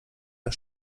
der